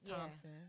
Thompson